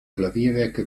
klavierwerke